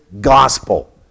gospel